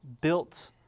built